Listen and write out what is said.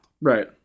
Right